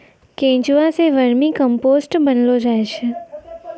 केंचुआ सें vermicompost बनैलो जाय छै